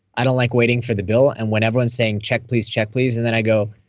i don't like waiting for the bill. and when everyone's saying, check, please, check, please. and then i go,